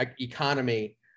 economy